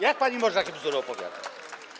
Jak pani może takie bzdury opowiadać?